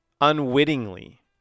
unwittingly